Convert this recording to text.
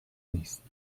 نیست